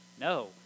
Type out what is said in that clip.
No